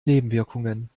nebenwirkungen